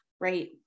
Right